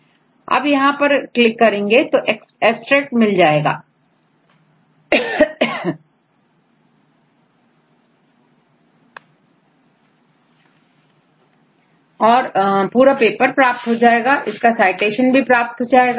यदि आप यहां पर क्लिक करेंगे तो एक्सट्रैक्ट मिल जाएगा और दूसरी जगह क्लिक करेंगे तो पूरा पेपर प्राप्त हो जाएगा इसका साइटेशन भी प्राप्त हो जाएगा